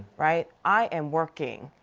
right? i am working.